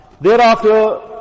Thereafter